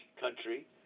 country